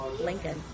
Lincoln